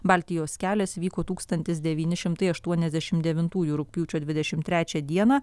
baltijos kelias vyko tūkstantis devyni šimtai aštuoniasdešim devintųjų rugpjūčio dvidešim trečią dieną